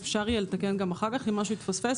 אפשר יהיה לתקן גם אחר כך אם משהו יתפספס